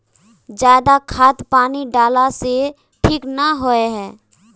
ज्यादा खाद पानी डाला से ठीक ना होए है?